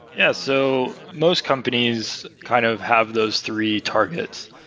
yeah so most companies kind of have those three targets.